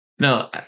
No